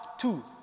Two